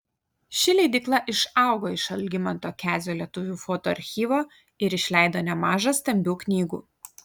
ši leidykla išaugo iš algimanto kezio lietuvių foto archyvo ir išleido nemaža stambių knygų